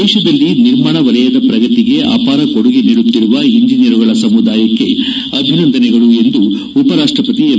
ದೇಶದಲ್ಲಿ ನಿರ್ಮಾಣ ವಲಯದ ಪ್ರಗತಿಗೆ ಅಪಾರ ಕೊಡುಗೆ ನೀಡುತ್ತಿರುವ ಇಂಜಿನಿಯರುಗಳ ಸಮುದಾಯಕ್ಕೆ ಅಭಿನಂದನೆಗಳು ಎಂದು ಉಪರಾಷ್ಟಪತಿ ಎಂ